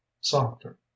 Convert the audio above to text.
softer